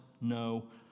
no